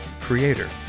Creator